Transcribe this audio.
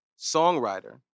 songwriter